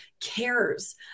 cares